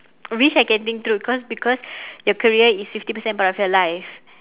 wish I can think through because because your career is fifty percent part of your life